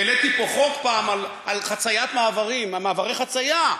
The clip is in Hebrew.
העליתי פה פעם חוק על מעברי חציה,